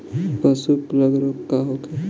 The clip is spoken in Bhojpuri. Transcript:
पशु प्लग रोग का होखे?